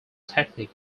technique